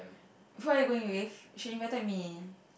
so who are you going with she invited me